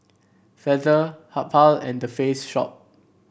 Feather Habhal and The Face Shop